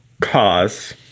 Cause